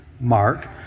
Mark